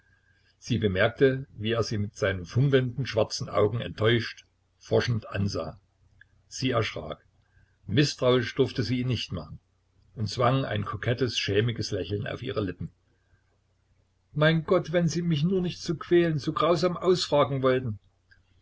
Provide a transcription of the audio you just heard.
sie bemerkte wie er sie mit seinen funkelnden schwarzen augen enttäuscht forschend ansah sie erschrak mißtrauisch durfte sie ihn nicht machen und zwang ein kokettes schämiges lächeln auf ihre lippen mein gott wenn sie mich nur nicht so quälen so grausam ausfragen wollten